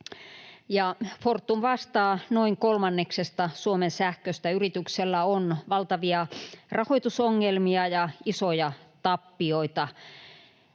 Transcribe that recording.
Fortum vastaa noin kolmanneksesta Suomen sähköstä. Yrityksellä on valtavia rahoitusongelmia ja isoja tappioita.